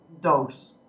Dogs